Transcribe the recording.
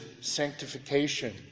sanctification